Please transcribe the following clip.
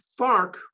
FARC